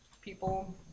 people